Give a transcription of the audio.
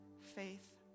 faith